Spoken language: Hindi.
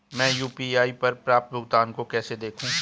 मैं यू.पी.आई पर प्राप्त भुगतान को कैसे देखूं?